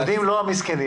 העובדים לא מסכנים.